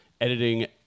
editing